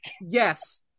Yes